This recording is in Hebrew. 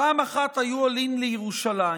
פעם אחת היו עולים לירושלים.